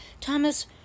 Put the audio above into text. Thomas